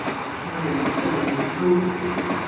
the crime-stained countesses,